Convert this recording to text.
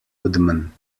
woodman